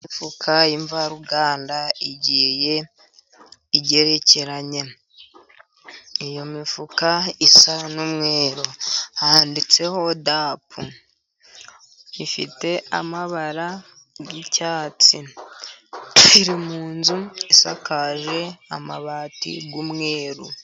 Imifuka y'imvaruganda igiye igerekeranye, iyo mifuka isa n'umweru handitseho dapu, ifite amabara y'icyatsi iri mu nzu isakaje amabati y'umweru.